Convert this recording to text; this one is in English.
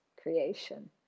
creation